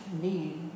need